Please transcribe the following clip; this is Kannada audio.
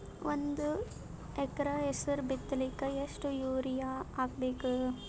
ಒಂದ್ ಎಕರ ಹೆಸರು ಬಿತ್ತಲಿಕ ಎಷ್ಟು ಯೂರಿಯ ಹಾಕಬೇಕು?